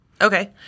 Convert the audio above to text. Okay